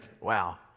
wow